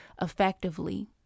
effectively